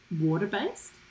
water-based